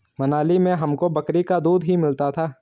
मनाली में हमको बकरी का दूध ही मिलता था